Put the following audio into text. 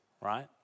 right